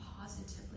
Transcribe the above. positively